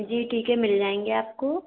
जी ठीक है मिल जाएँगे आपको